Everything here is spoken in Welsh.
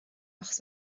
achos